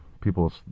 people